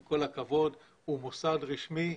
עם כל הכבוד הוא מוסד רשמי,